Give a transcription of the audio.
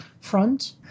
front